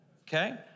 okay